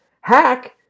Hack